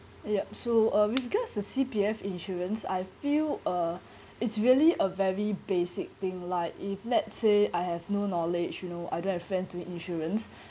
yup so uh we have got the C_P_F insurance I feel uh it's really a very basic thing like if let's say I have no knowledge you know I don't have friends in insurance